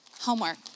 Homework